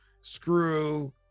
screw